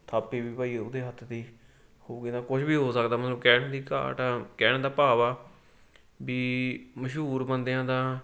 ਥਾਪੀ ਵੀ ਭਾਈ ਉਹਦੇ ਹੱਥ ਦੀ ਉਹ ਕਹਿੰਦਾ ਕੁਝ ਵੀ ਹੋ ਸਕਦਾ ਮਤਲਵ ਕਹਿਣ ਦੀ ਘਾਟ ਕਹਿਣ ਦਾ ਭਾਵ ਆ ਵੀ ਮਸ਼ਹੂਰ ਬੰਦਿਆਂ ਦਾ